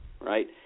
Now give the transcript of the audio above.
right